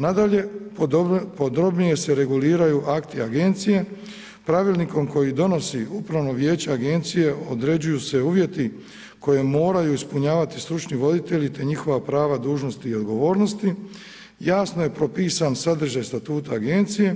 Nadalje, podrobnije se reguliraju akti agencije, pravilnikom koje donosi upravno vijeće agencije određuju se uvjeti koji moraju ispunjavati stručni voditelji te njihova prava, dužnosti i odgovornosti, jasno je propisan sadržaj statuta agencije